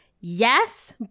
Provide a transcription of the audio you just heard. yes